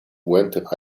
went